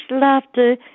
laughter